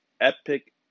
epic